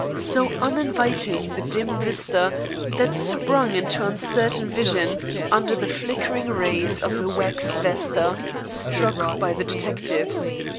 so uninviting the dim vista that sprung into uncertain vision under the flickering rays of a wax vesta struck by the detectives.